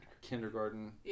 Kindergarten